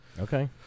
okay